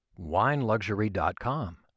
wineluxury.com